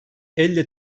elle